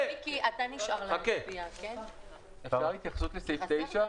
האם אפשר להתייחס לסעיף 9,